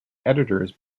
editors